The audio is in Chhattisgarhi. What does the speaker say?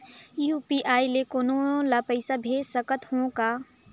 यू.पी.आई ले कोनो ला पइसा भेज सकत हों का?